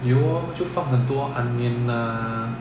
you were to form the duo onion